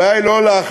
הבעיה היא לא להחליף